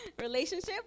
Relationship